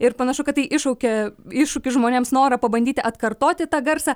ir panašu kad tai iššaukė iššūkį žmonėms norą pabandyti atkartoti tą garsą